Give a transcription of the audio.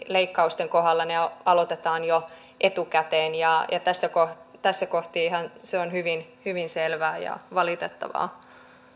leikkausten kohdalla ne aloitetaan jo etukäteen ja tässä kohtihan se on hyvin hyvin selvää ja valitettavaa